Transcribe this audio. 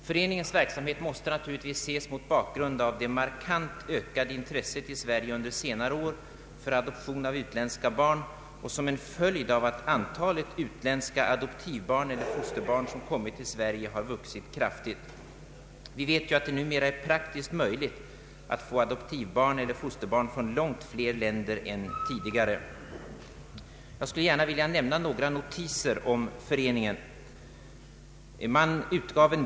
Föreningens verksamhet måste givetvis ses mot bakgrunden av det markant ökade intresset i Sverige under senare år för adoption av utländska barn och som en följd av att antalet utländska adoptivbarn eller fosterbarn som kommit till Sverige vuxit kraftigt. Vi vet ju att det numera är praktiskt möjligt att få adoptivbarn eller fosterbarn från långt fler länder än tidigare. Jag skulle gärna vilja nämna några notiser om föreningen och dess verksamhet.